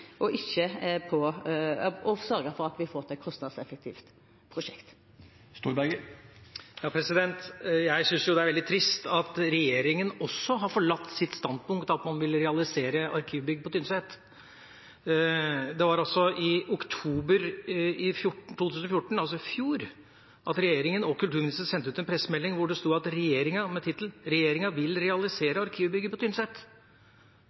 og å sørge for at vi får til et kostnadseffektivt prosjekt. Jeg syns det er veldig trist at regjeringen også har forlatt sitt standpunkt om at man ville realisere arkivbygg på Tynset. Det var i oktober 2014, altså i fjor, at regjeringen og kulturministeren sendte ut en pressemelding med tittelen «Regjeringa vil realisere arkivbygget på Tynset». Det